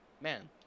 man